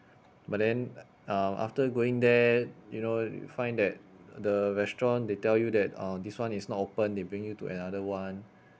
but then um after going there you know you find that the restaurant they tell you that oh this [one] is not open they bring you to another [one]